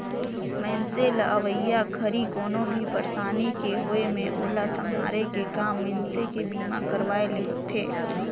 मइनसे ल अवइया घरी कोनो भी परसानी के होये मे ओला सम्हारे के काम मइनसे के बीमा करवाये ले होथे